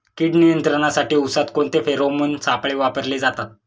कीड नियंत्रणासाठी उसात कोणते फेरोमोन सापळे वापरले जातात?